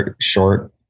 short